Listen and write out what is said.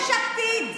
יש עתיד,